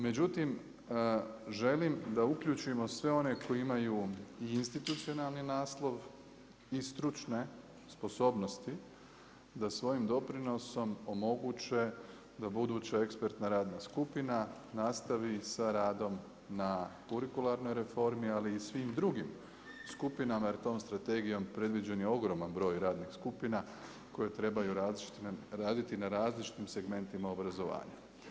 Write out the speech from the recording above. Međutim, želim da uključimo sve one koji imaju i institucionalni naslov i stručne sposobnosti da svojim doprinosom omoguće da buduća ekspertna radna skupina nastavi sa radom na kurikularnoj reformi, ali i svim drugim skupinama jer tom strategijom predviđen je ogroman broj radnih skupina koje trebaju raditi na različitim segmentima obrazovanja.